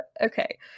okay